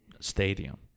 Stadium